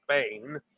Spain